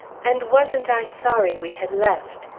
and wasn't i sorry we had left!